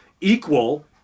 equal